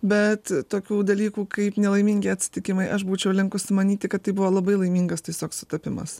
bet tokių dalykų kaip nelaimingi atsitikimai aš būčiau linkusi manyti kad tai buvo labai laimingas tiesiog sutapimas